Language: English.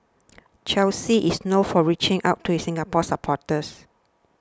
Chelsea is known for reaching out to its Singapore supporters